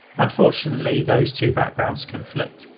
unfortunately those two backgrounds conflict.